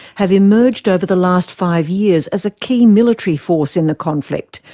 have emerged over the last five years as a key military force in the conflict,